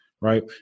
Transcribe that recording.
right